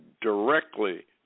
directly